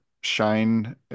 Shine